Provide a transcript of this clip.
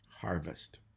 harvest